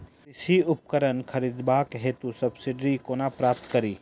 कृषि उपकरण खरीदबाक हेतु सब्सिडी कोना प्राप्त कड़ी?